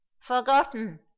forgotten